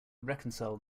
reconcile